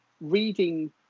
reading